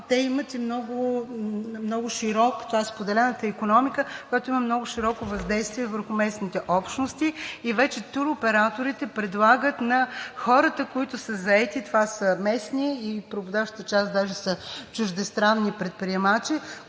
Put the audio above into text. те имат и един много широк – това е споделената икономика, която има много широко въздействие върху местните общности. И вече туроператорите предлагат на хората, които са заети, това са местни и преобладаващата част даже са чуждестранни предприемачи,